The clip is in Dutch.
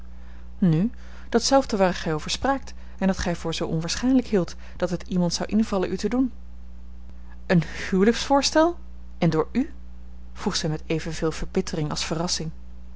nu datzelfde waar gij over spraakt en dat gij voor zoo onwaarschijnlijk hield dat het iemand zou invallen u te doen een huwelijksvoorstel en door u vroeg zij met evenveel verbittering als verrassing